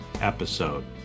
episode